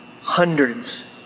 hundreds